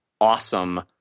awesome